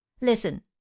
Listen